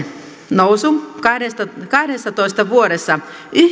nousu kahdessatoista vuodessa